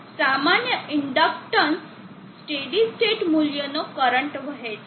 અને સામાન્ય inductance steady state મૂલ્ય નો કરંટ વહે છે